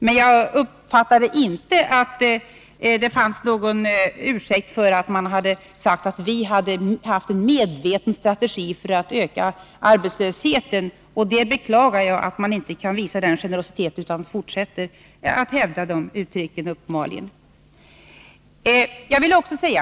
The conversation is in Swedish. Men jag uppfattade inte någon ursäkt för att man har sagt att vi haft en medveten strategi för att öka arbetslösheten, och jag beklagar att man inte kan visa den generositeten utan uppenbarligen fortsätter att hävda detta.